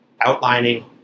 outlining